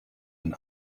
and